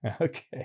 Okay